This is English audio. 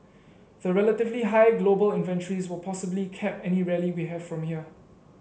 the relatively high global inventories will possibly cap any rally we have from here